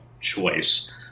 choice